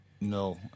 No